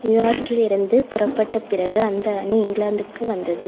நியூயார்க்கிலிருந்து புறப்பட்ட பிறகு அந்த அணி இங்கிலாந்துக்கு வந்தது